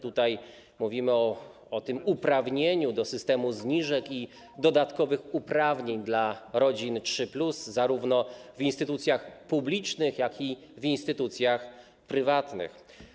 Tutaj mówimy o uprawnieniu do systemu zniżek i o dodatkowych uprawnieniach dla rodzin 3+ zarówno w instytucjach publicznych, jak i w instytucjach prywatnych.